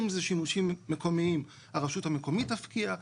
אם זה שימושים מקומיים, הרשות המקומית תפקיע.